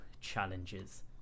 challenges